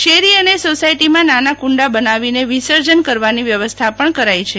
શેરી અને સોસાયટી માં નાના કુંડ બનાવી ને વિસર્જન કરવાની વ્યવસ્થા પણ કરાઇ છે